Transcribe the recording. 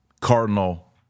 Cardinal